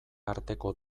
arteko